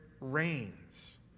reigns